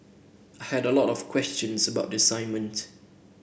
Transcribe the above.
I had a lot of questions about the assignment